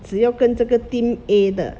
只要跟这个 team A 的